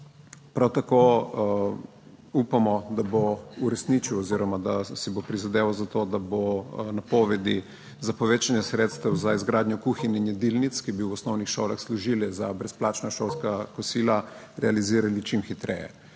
Prav tako upamo, da bo uresničil oziroma da si bo prizadeval za to, da bo napovedi za povečanje sredstev za izgradnjo kuhinj in jedilnic, ki bi v osnovnih šolah služile za brezplačna šolska kosila, realizirali čim hitreje.